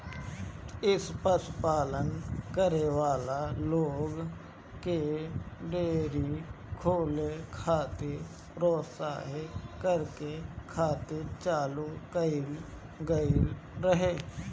इ पशुपालन करे वाला लोग के डेयरी खोले खातिर प्रोत्साहित करे खातिर चालू कईल गईल रहे